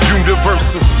Universal